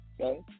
Okay